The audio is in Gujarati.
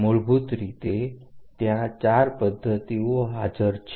મૂળભૂત રીતે ત્યાં ચાર પદ્ધતિઓ હાજર છે